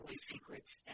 secrets